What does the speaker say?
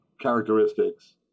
characteristics